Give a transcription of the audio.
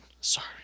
Sorry